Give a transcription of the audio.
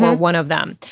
one of them.